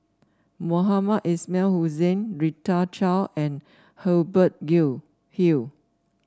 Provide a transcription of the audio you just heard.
Mohamed Ismail Hussain Rita Chao and Hubert You Hill